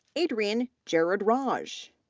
adrien gerard raj,